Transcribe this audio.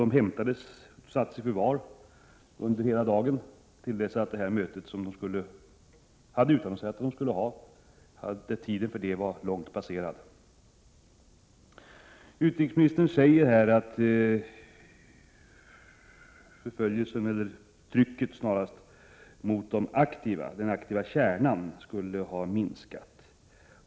De hämtades och sattes i förvar till dess att tidpunkten för det utannonserade mötet sedan länge var passerad. Utrikesministern säger vidare i svaret att trycket på den aktiva kärnan skulle ha minskat.